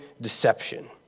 deception